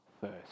first